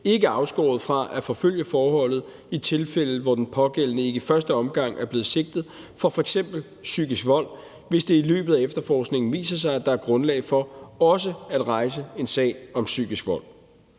ikke afskåret fra at forfølge forholdet i tilfælde, hvor den pågældende ikke i første omgang er blevet sigtet for f.eks. psykisk vold, hvis det i løbet af efterforskningen viser sig, at der er grundlag for også at rejse en sag om psykisk vold.